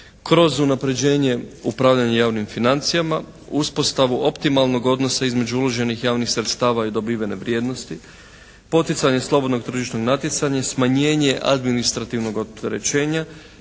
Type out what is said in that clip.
kroz unapređenje upravljanja javnim financijama, uspostavu optimalnog odnosa između uloženih javnih sredstava i dobivene vrijednosti, poticanje slobodnog tržišnog natjecanja, smanjenje administrativnog opterećenja,